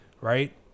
right